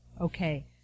okay